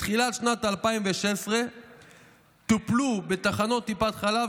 בתחילת שנת 2016 טופלו בתחנות טיפת חלב